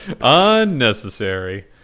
unnecessary